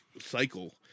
cycle